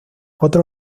otro